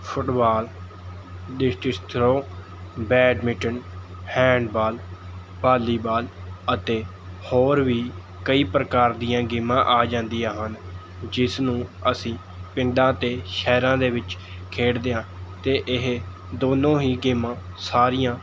football discus throw badminton handball volleyball ਅਤੇ ਹੋਰ ਵੀ ਕਈ ਪ੍ਰਕਾਰ ਦੀਆਂ ਗੇਮਾਂ ਆ ਜਾਂਦੀਆਂ ਹਨ ਜਿਸ ਨੂੰ ਅਸੀਂ ਪਿੰਡਾਂ ਅਤੇ ਸ਼ਹਿਰਾਂ ਦੇ ਵਿੱਚ ਖੇਡਦੇ ਹਾਂ ਅਤੇ ਇਹ ਦੋਨੋਂ ਹੀ ਗੇਮਾਂ ਸਾਰੀਆਂ